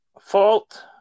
fault